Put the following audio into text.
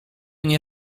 nie